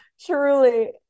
truly